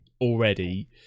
already